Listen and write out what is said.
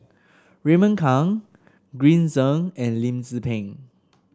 Raymond Kang Green Zeng and Lim Tze Peng